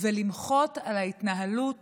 ולמחות על ההתנהלות